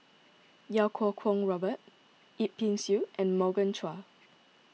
Iau Kuo Kwong Robert Yip Pin Xiu and Morgan Chua